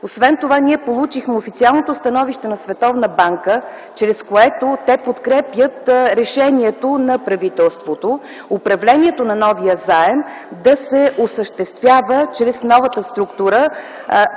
Освен това, ние получихме официалното становище на Световната банка, чрез което те подкрепят решението на правителството управлението на новия заем да се осъществява чрез новата структура,